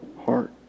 heart